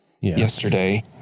yesterday